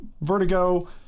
vertigo